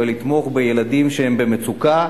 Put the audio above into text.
ולתמוך בילדים במצוקה.